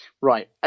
Right